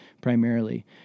primarily